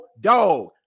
dog